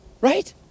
right